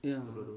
ya